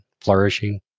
flourishing